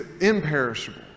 imperishable